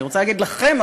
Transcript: אני רוצה להגיד "לכם",